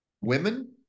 women